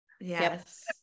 Yes